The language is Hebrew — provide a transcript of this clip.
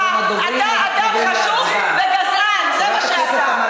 אתה אדם חשוך וגזען, זה מה שאתה.